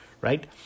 right